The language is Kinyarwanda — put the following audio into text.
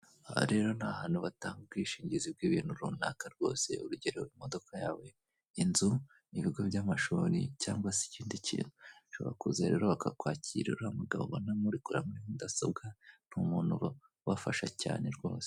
Aha rero ni ahantu batanga ubwishingizi bw'ibintu runaka rwose urugero imodoka yawe, inzu, n' ibigo by'amashuri cyangwa se ikindi kintu. Ushobora kuza rero bakakwakirarira umugabo ubona ko ari kureba muri mudasobwa, ni umuntu ubafasha cyane rwose.